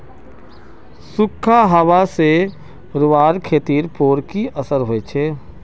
सुखखा हाबा से रूआँर खेतीर पोर की असर होचए?